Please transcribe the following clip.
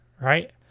right